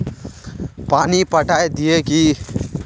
पानी पटाय दिये की?